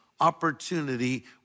opportunity